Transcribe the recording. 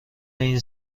این